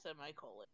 Semicolon